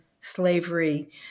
slavery